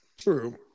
True